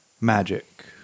magic